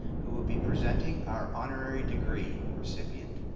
who will be presenting our honorary degree recipient.